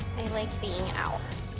and like being out.